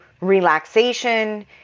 relaxation